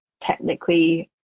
technically